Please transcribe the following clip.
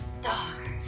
Stars